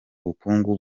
bukungu